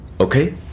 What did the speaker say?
Okay